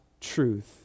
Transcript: truth